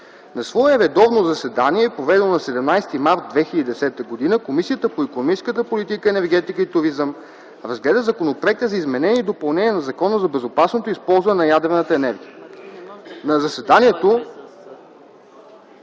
На свое редовно заседание, проведено на 17 март 2010 г., Комисията по икономическата политика, енергетика и туризъм разгледа Законопроекта за изменение и допълнение на Закона за безопасното използване за ядрената енергия.